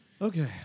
Okay